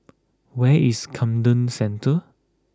where is Camden Centre